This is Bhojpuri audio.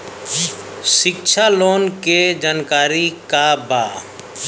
शिक्षा लोन के जानकारी का बा?